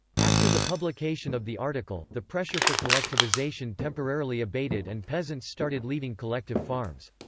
after the publication of the article, the pressure for collectivization temporarily abated and peasants started leaving collective farms.